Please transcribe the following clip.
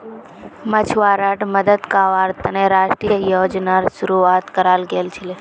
मछुवाराड मदद कावार तने राष्ट्रीय योजनार शुरुआत कराल गेल छीले